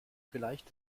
vielleicht